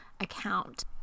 account